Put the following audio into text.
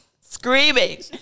Screaming